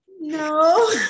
no